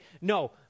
no